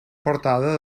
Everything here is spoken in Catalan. portada